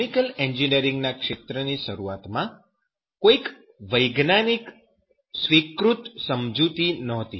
chemical એન્જિનિયરીંગના ક્ષેત્ર ની શરૂઆતમાં કોઈ વૈશ્વિક સ્વીકૃત સમજૂતી નહોતી